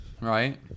right